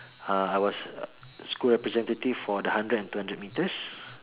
uh I was school representative for the hundred and two hundred meters